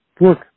look